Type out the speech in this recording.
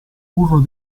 burro